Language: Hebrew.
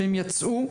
שיצאו,